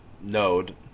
node